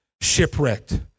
Shipwrecked